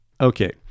Okay